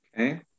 Okay